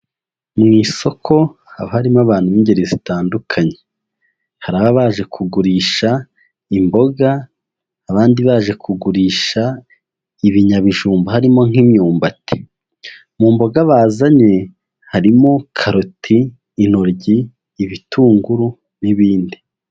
Mu isoko haba harimo abantu b'ingeri zitandukanye, hari ababa baje kugurisha imboga abandi baje kugurisha ibinyabijumba harimo nk'imyumbati, mu mboga bazanye harimo karoti, intoryi, ibitunguru n'ibindi.